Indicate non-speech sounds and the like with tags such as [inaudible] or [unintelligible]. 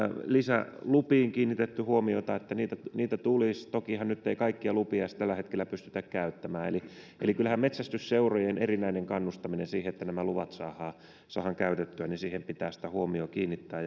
lisälupiin kiinnitetty huomiota että niitä niitä tulisi tokihan nyt ei kaikkia lupia edes tällä hetkellä pystytä käyttämään eli eli kyllähän metsästysseurojen erinäiseen kannustamiseen siihen että nämä luvat saadaan saadaan käytettyä pitää sitä huomiota kiinnittää [unintelligible]